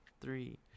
three